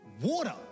water